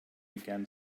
began